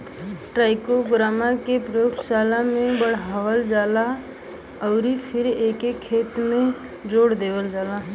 trichogramma के प्रयोगशाला में बढ़ावल जाला अउरी फिर एके खेत में छोड़ देहल जाला